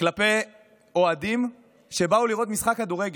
כלפי אוהדים שבאו לראות משחק כדורגל.